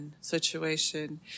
situation